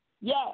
Yes